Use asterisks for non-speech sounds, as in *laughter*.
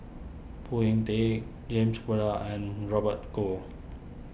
Phoon Yew Tien James *unintelligible* and Robert Goh